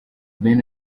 ben